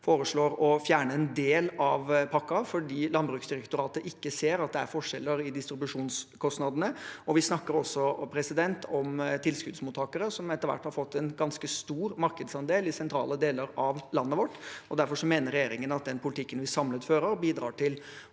foreslår å fjerne en del av pakken fordi Landbruksdirektoratet ikke ser at det er forskjeller i distribusjonskostnadene. Vi snakker også om tilskuddsmottakere som etter hvert har fått en ganske stor markedsandel i sentrale deler av landet vårt, og derfor mener regjeringen at den politikken vi samlet fører, bidrar til